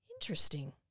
interesting